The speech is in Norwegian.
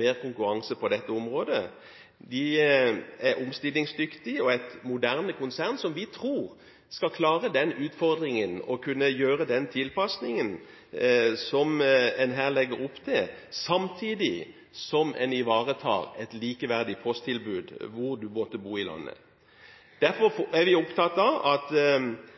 mer konkurranse på dette området. De er omstillingsdyktige og et moderne konsern, som vi tror skal klare den utfordringen og kunne gjøre den tilpasningen som en her legger opp til, samtidig som en ivaretar et likeverdig posttilbud samme hvor en måtte bo i landet. Derfor er vi opptatt av at